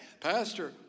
Pastor